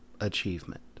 achievement